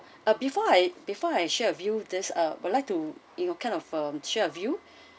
uh before I before I share with you this uh would like to you know kind of um share with you